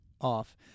off